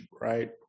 right